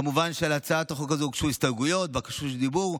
כמובן שלהצעת החוק הזאת הוגשו הסתייגויות ובקשות רשות דיבור,